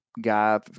guy